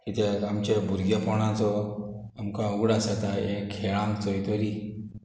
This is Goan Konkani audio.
कित्याक आमच्या भुरगेपोणांचो आमकां उगडास येता हे खेळांक चोयतोरी